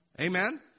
Amen